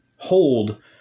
hold